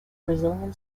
brazilian